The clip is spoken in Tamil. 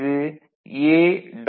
இது A